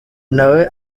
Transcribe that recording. nawe